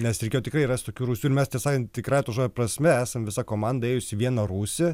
nes reikėjo tikrai rast tokių rūsių ir mes tiesą sakant tikrąja to žodžio prasme esam visą komandą ėjusi į vieną rūsį